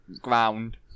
ground